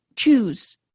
choose